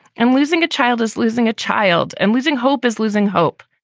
and losing a child is losing a child. and losing hope is losing hope.